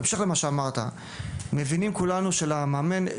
מבינים כולנו שלמאמן,